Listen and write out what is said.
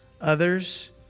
others